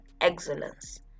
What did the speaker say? excellence